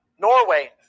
Norway